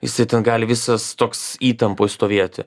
jisai ten gali visas toks įtampoj stovėti